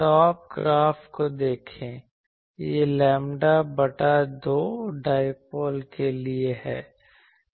top graph को देखें यह लैम्बडा बटा 2 डायपोल के लिए है